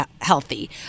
healthy